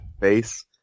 face